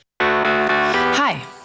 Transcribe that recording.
Hi